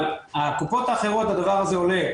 אבל בקופות האחרות הדבר הזה עולה